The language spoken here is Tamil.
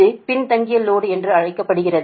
இது பின்தங்கிய லோடு என்று அழைக்கப்படுகிறது